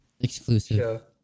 Exclusive